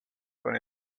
con